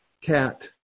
cat